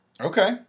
Okay